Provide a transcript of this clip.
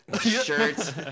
shirts